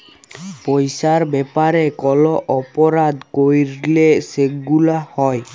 পইসার ব্যাপারে কল অপরাধ ক্যইরলে যেগুলা হ্যয়